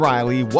Riley